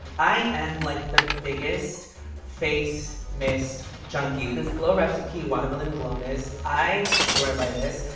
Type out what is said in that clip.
i am like the biggest face mist junkie. this glow recipe watermelon glow mist, i swear by this.